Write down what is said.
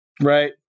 Right